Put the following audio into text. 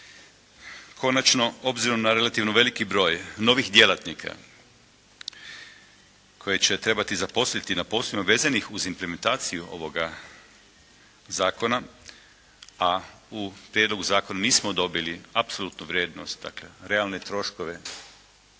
Konačno, obzirom na relativno veliki broj novih djelatnika koje će trebati zaposliti na posebno uvezenih uz implementaciju ovoga zakona, a u prijedlogu zakona nismo dobili apsolutnu vrijednost, dakle realne troškove